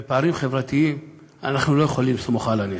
בפערים חברתיים אנחנו לא יכולים לסמוך על הנס.